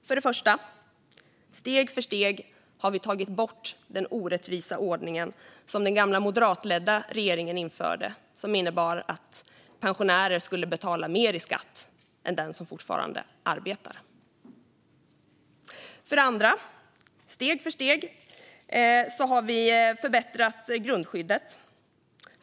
För det första har vi steg för steg tagit bort den orättvisa ordning som den gamla moderatledda regeringen införde och som innebar att pensionärer ska betala mer i skatt än de som fortfarande arbetar. För det andra har vi steg för steg förbättrat grundskyddet.